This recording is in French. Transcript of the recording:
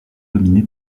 dominé